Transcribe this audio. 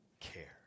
care